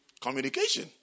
Communication